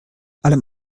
allem